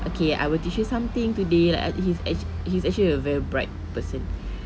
okay I will teach you something today like I he is actua~ he is actually a very bright person